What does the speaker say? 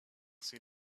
see